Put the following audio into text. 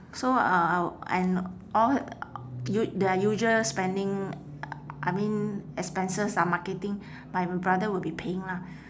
so uh and all u~ their usual spending I mean expenses ah marketing my brother will be paying lah